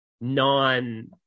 non